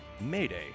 Mayday